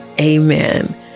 Amen